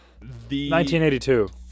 1982